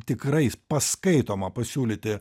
tikrai paskaitomo pasiūlyti